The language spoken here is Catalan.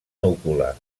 núcula